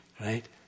Right